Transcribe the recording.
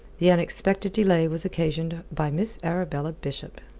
the unexpected delay was occasioned by miss arabella bishop.